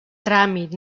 tràmit